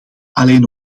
alleen